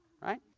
right